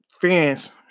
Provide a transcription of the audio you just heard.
fans